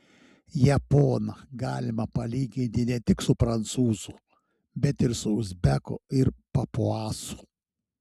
japoną galima palyginti ne tik su prancūzu bet ir su uzbeku ir papuasu